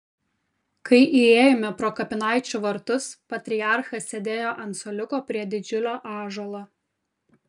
kai įėjome pro kapinaičių vartus patriarchas sėdėjo ant suoliuko prie didžiulio ąžuolo